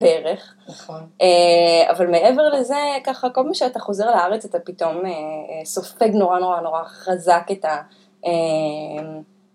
בערך... נכון... אבל מעבר לזה ככה כל מי שאתה חוזר לארץ אתה פתאום סופג נורא נורא נורא חזק את ה..